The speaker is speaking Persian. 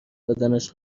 بدنش